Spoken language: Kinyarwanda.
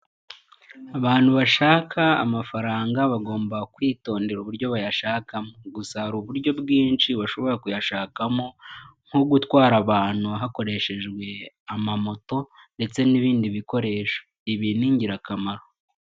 Abantu bashaka amafaranga bagomba kwitondera uburyo bayashakamo, gusa hari uburyo bwinshi bashobora kuyashakamo nko gutwara abantu hakoreshejwe amamoto, ndetse n'ibindi bikoresho ibi ni ingirakamaro.